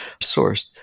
sourced